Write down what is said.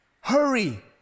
hurry